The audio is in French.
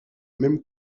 même